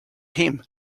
him